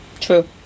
True